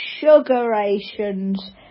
sugarations